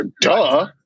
duh